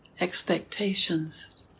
expectations